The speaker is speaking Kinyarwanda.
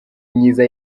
myiza